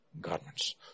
garments